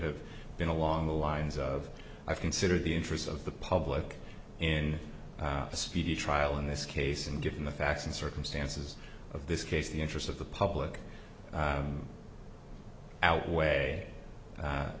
have been along the lines of i consider the interests of the public in a speedy trial in this case and given the facts and circumstances of this case the interest of the public outweigh